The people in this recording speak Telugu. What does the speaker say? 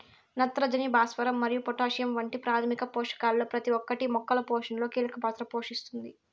నత్రజని, భాస్వరం మరియు పొటాషియం వంటి ప్రాథమిక పోషకాలలో ప్రతి ఒక్కటి మొక్కల పోషణలో కీలక పాత్ర పోషిస్తుంది